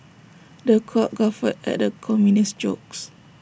the crowd guffawed at the comedian's jokes